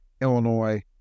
Illinois